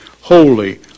holy